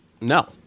No